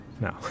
No